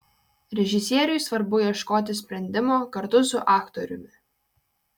režisieriui svarbu ieškoti sprendimo kartu su aktoriumi